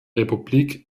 republik